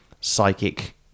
psychic